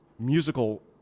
Musical